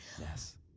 Yes